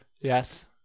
Yes